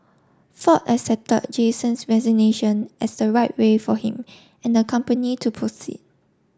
ford accepted Jason's resignation as the right way for him and the company to proceed